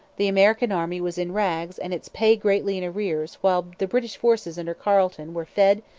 the american army was in rags and its pay greatly in arrears while the british forces under carleton were fed,